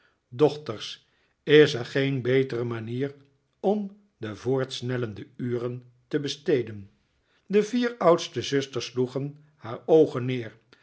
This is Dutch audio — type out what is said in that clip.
dochters is er geen betere manier om de voortsnellende uren te besteden de vier oudste zusters sloegen haar oogen neer